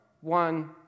one